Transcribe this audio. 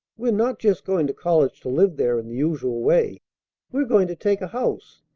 we're not just going to college to live there in the usual way we're going to take a house,